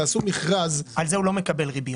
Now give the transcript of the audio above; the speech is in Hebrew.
תעשו מכרז --- על זה הוא לא מקבל ריביות,